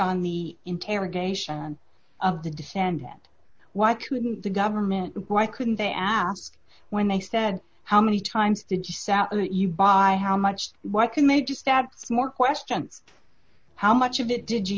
on the interrogation of the defendant why couldn't the government why couldn't they ask when they said how many times did you sound that you buy how much what can made you stats more questions how much of it did you